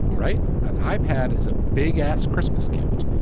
right. an ipad is a big ass christmas gift.